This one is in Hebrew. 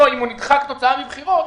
או אם הוא נדחה כתוצאה מבחירות,